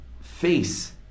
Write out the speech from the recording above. face